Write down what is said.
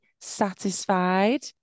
satisfied